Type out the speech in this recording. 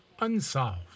unsolved